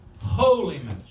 holiness